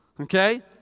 okay